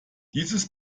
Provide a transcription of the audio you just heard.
dieses